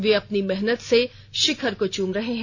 वे अपनी मेहनत से शिखर को चूम रहे हैं